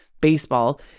baseball